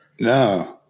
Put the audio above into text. No